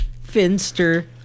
Finster